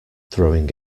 throwing